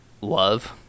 love